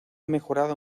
mejorado